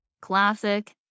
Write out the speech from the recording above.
classic